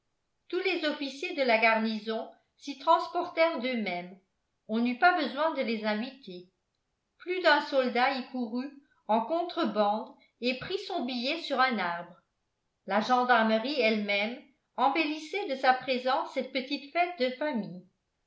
tous les officiers de la garnison s'y transportèrent d'eux-mêmes on n'eut pas besoin de les inviter plus d'un soldat y courut en contrebande et prit son billet sur un arbre la gendarmerie elle-même embellissait de sa présence cette petite fête de famille